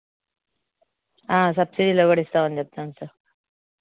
సబ్సిడీలో కూడా ఇస్తాం అని చెప్తాం సార్